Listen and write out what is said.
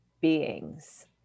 beings